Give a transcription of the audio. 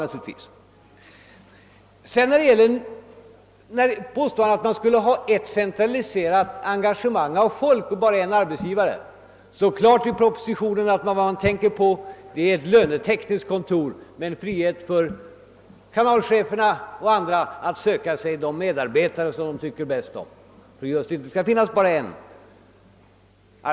Herr Wedén påstår att man skulle ha ett centraliserat engagemang av folk med bara en arbetsgivare. Det står klart i propositionen att vad man tänker på är ett lönetekniskt kontor med frihet för kanalcheferna och andra att söka sig de medarbetare som de finner lämpligast.